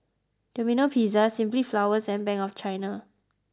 Domino Pizza Simply Flowers and Bank of China